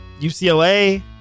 UCLA